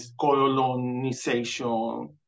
colonization